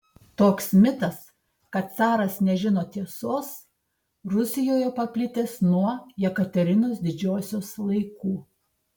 toks mitas kad caras nežino tiesos rusijoje paplitęs nuo jekaterinos didžiosios laikų